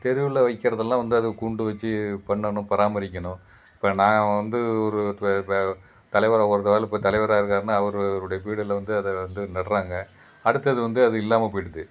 தெருவில் வைக்கிறதெல்லாம் வந்து அதுக்கு கூண்டு வச்சு பண்ணணும் பராமரிக்கணும் இப்போ நான் வந்து ஒரு தலைவர் அவர்களால் இப்போ தலைவர் ஆகிருக்காருனா அவருடைய பீரிட்டில் வந்து அதை வந்து நடுறாங்க அடுத்தது வந்து அது இல்லாமல் போயிடுது